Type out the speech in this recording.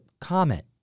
comment